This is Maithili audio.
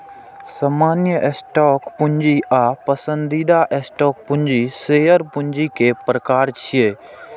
सामान्य स्टॉक पूंजी आ पसंदीदा स्टॉक पूंजी शेयर पूंजी के प्रकार छियै